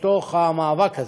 למאבק הזה.